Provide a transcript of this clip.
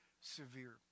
severe